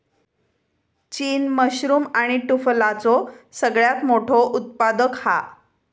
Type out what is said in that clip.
चीन मशरूम आणि टुफलाचो सगळ्यात मोठो उत्पादक हा